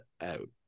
out